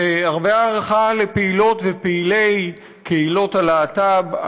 והרבה הערכה לפעילות ופעילי קהילות הלהט"ב,